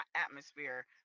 atmosphere